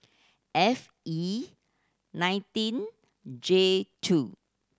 F E nineteen J two